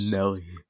Nelly